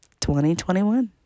2021